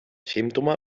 símptoma